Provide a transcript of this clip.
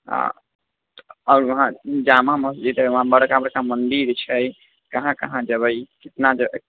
हँ आओर वहाँ जामा मस्जिद हइ बड़का बड़का मन्दिर छै कहाँ कहाँ जेबै कतना